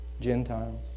Gentiles